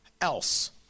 else